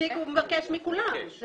מבקש מכולם להציג את הכרטיס.